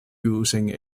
using